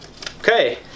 Okay